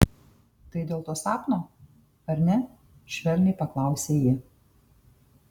tai dėl to sapno ar ne švelniai paklausė ji